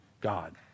God